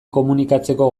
komunikatzeko